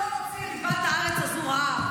אנחנו לא נוציא את דיבת הארץ הזאת רעה.